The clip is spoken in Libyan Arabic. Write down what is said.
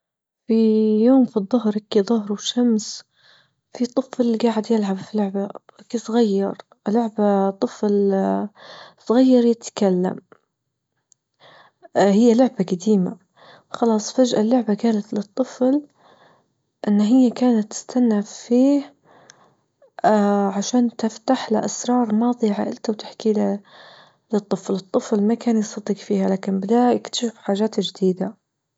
في يوم في الظهر كيظهر وشمس في طفل جاعد يلعب في لعبة كي صغير لعبة طفل صغير يتكلم هي لعبة جديمة خلاص فجأة اللعبة جالت للطفل أن كانت تستنى فيه اه عشان تفتح له أسرار ماضي عائلته وتحكي له للطفل. الطفل ما كان يصدق فيها لكن بدا يكتشف حاجات جديدة.